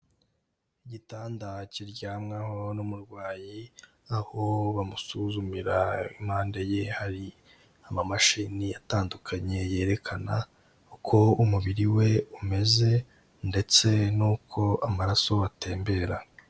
Igitanda kiryamwaho n'umurwayi aho bamusuzumira, impande ye hari amamashini atandukanye yerekana uko umubiri we umeze ndetse n'uko amaraso atembera.